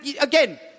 Again